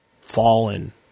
fallen